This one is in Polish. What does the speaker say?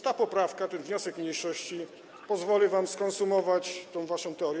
Ta poprawka, ten wniosek mniejszości pozwoli wam skonsumować tę waszą teorię.